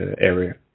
area